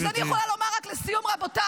אז אני יכולה רק לומר לסיום, רבותיי: